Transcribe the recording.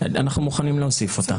אנחנו מוכנים להוסיף אותה.